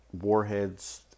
warheads